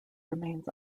remains